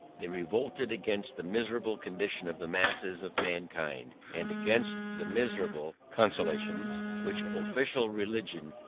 they revolted against the miserable condition of the masses of mankind, and against the miserable consolations which official religion,